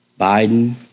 Biden